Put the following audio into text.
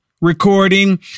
recording